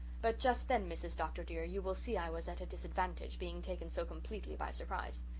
but just then, mrs. dr. dear, you will see i was at a disadvantage, being taken so completely by surprise.